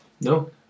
No